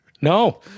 No